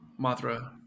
Mothra